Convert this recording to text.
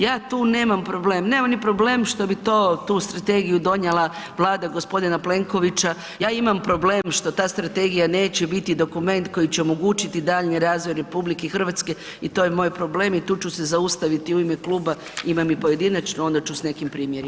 Ja tu nemam problem, nemam ni problem što bi to, tu strategiju donijela Vlada g. Plenkovića, ja imam problem što ta strategija neće biti dokument koji će omogućiti daljnji razvoj RH i to je moj problem i tu ću se zaustaviti u ime kluba, imam i pojedinačno, onda ću s nekim primjerima.